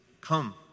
come